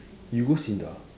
you go SINDA